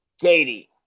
Katie